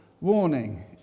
warning